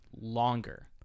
longer